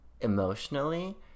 emotionally